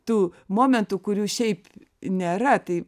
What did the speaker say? tų momentų kurių šiaip nėra tai